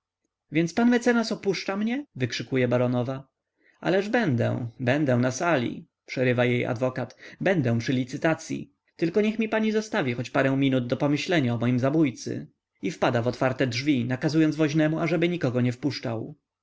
więc pan mecenas opuszcza mnie wykrzykuje baronowa ależ będę będę na sali przerywa jej adwokat będę przy licytacyi tylko niech mi pani zostawi choć parę minut do pomyślenia o moim zabójcy i wpada w otwarte drzwi nakazując woźnemu ażeby nikogo nie wpuszczał